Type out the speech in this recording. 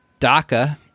DACA